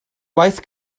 waith